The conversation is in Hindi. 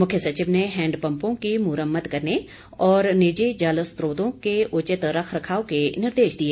मुख्य सचिव ने हैंडपंपों की मुरम्मत करने और निजी जल स्रोतों के उचित रख रखाव के निर्देश दिए